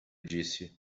disse